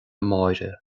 máire